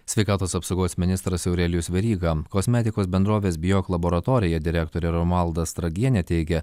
sveikatos apsaugos ministras aurelijus veryga kosmetikos bendrovės biok laboratorija direktorė romualda stragienė teigia